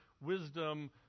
wisdom